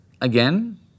again